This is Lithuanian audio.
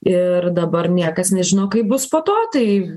ir dabar niekas nežino kaip bus po to tai